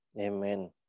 Amen